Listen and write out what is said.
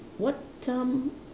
what time